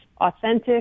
authentic